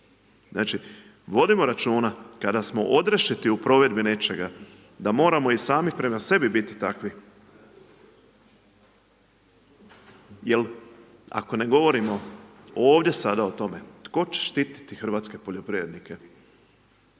Znači vodimo računa kada smo odrešiti u provedbi nečega da moramo i sami prema sebi biti takvi jer ako ne govorimo ovdje sada o tome, tko će štititi hrvatske poljoprivrednike?